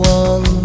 one